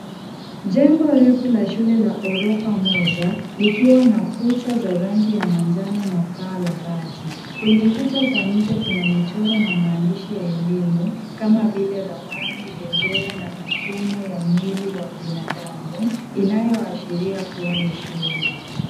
Jengo refu la shule ya ghorofa moja, likiwa na kuta za rangi ya manjano na paa la bati. Kwenye kuta za nje kuna michoro na maandishi ya elimu kama vile ramani, bendera na mifumo ya mwili wa binadamu, inayoashiria kuwa ni shule.